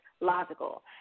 logical